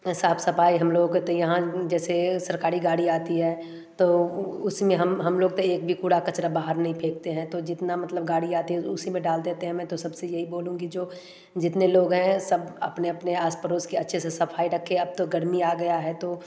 ये साफ सफाई हम लोगो के तो यहाँ जैसे सरकारी गाड़ी आती है तो उसमें हम हम लोग तो एक भी कूड़ा कचरा बाहर नहीं फेंकते हैं तो जितना मतलब गाड़ी आती है उसी में डाल देते हैं मैं तो सबसे यही बोलूँगी जो जितने लोग हैं सब अपने अपने आस पड़ोस की अच्छे से सफाई रखें अब तो गर्मी आ गया है तो